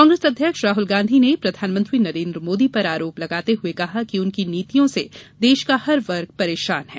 कांग्रेस अध्यक्ष राहुल गांधी ने प्रधानमंत्री नरेन्द्र मोदी पर आरोप लगाते हुये कहा कि उनकी नीतियों से देश का हर वर्ग परेशान है